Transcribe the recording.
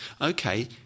Okay